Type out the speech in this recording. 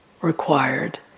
required